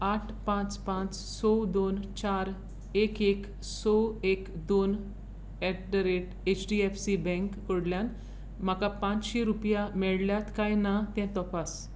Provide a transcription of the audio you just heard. आठ पांच पांच सो दोन चार एक एक स एक दोन at the rate H D F C bank कोडल्यान म्हाका पांतशीं रुपया मेळ्यात काय ना तें तपास